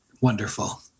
wonderful